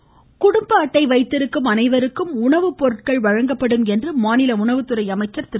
காமராஜ் குடும்ப அட்டை வைத்திருக்கும் அனைவருக்கும் உணவு பொருட்கள் வழங்கப்படும் என மாநில உணவுத்துறை அமைச்சர் திரு